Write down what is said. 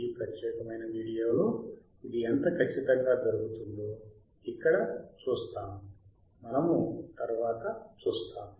ఈ ప్రత్యేకమైన వీడియోలో ఇది ఎంత ఖచ్చితంగా జరుగుతుందో ఇక్కడ చూస్తాము మనము తరువాత చూస్తాము